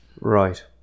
Right